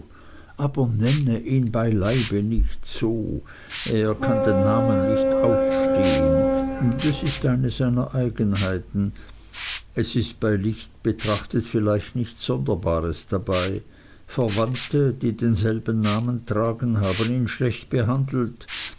nenne ihn bei leibe nicht so er kann den namen nicht ausstehen das ist eine seiner eigenheiten es ist bei licht betrachtet vielleicht nichts sonderbares dabei verwandte die denselben namen tragen haben ihn schlecht genug behandelt